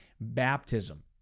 baptism